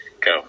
go